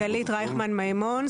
גלית רייכמן מימון,